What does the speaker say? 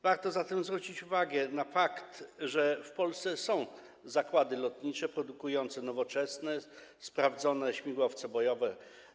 Warto zwrócić uwagę na fakt, że w Polsce są zakłady lotnicze produkujące nowoczesne, sprawdzone śmigłowce bojowe.